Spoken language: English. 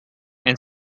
and